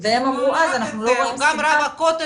אמרו אז שהם לא רואים סיבה --- הוא גם רב הכותל,